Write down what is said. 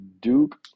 Duke